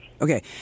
Okay